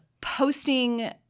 posting